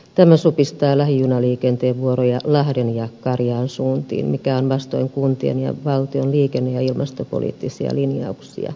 tämä supistaa lähijunaliikenteen vuoroja lahden ja karjaan suuntiin mikä on vastoin kuntien ja valtion liikenne ja ilmastopoliittisia linjauksia